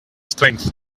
strengths